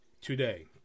today